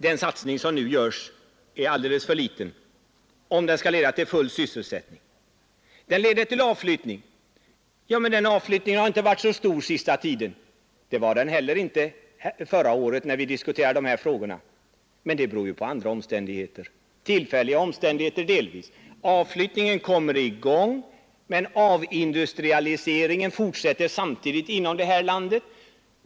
Den satsning som nu görs är alldeles för liten, för att kunna leda till full sysselsättning. Det resulterar i avflyttning. Den avflyttningen har inte varit så stor den senaste tiden, invänder någon. Det var den inte heller förra året, när vi diskuterade dessa frågor. Det beror på andra omständigheter, delvis tillfälliga. Avflyttningen kommer i gång, men avindustrialiseringen fortsätter samtidigt inom det här landet.